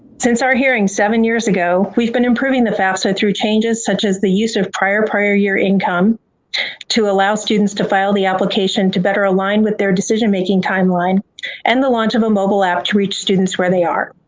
since our hearing seven years ago, we've been improving the fafsa through changes such as the use of prior-prior year income to allow students to file the application to better align with their decision making timeline and the launch of a mobile app to reach students where they are.